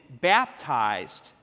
baptized